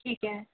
ਠੀਕ ਹੈ